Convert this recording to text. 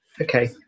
okay